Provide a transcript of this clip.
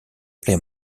play